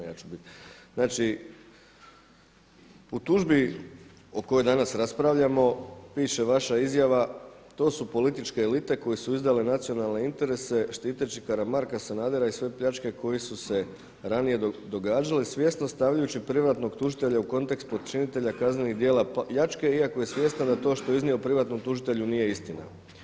Znači, u tužbi o kojoj danas raspravljamo piše vaša izjava „to su političke elite koje su izdale nacionalne interese štiteći Karamarka, Sanadera i sve pljačke koje su se ranije događale svjesno stavljajući privatnog tužitelja u kontekst počinitelja kaznenih djela pljačke, iako je svjestan da to što je iznio privatnom tužitelju nije istina“